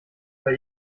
bei